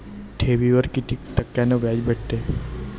ठेवीवर कितीक टक्क्यान व्याज भेटते?